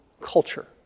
culture